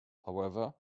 however